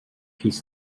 his